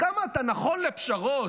כמה אתה נכון לפשרות.